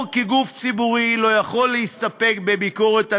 כי גוף ציבורי לא יכול להסתפק בביקורת עצמית,